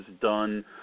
done